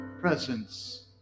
Presence